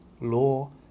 Law